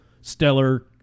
stellar